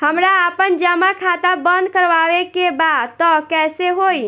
हमरा आपन जमा खाता बंद करवावे के बा त कैसे होई?